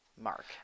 Mark